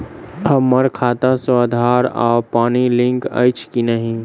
हम्मर खाता सऽ आधार आ पानि लिंक अछि की नहि?